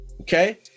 okay